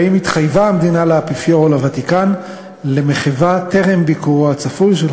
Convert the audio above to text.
האם התחייבה המדינה לאפיפיור או לוותיקן למחווה טרם ביקורו הצפוי?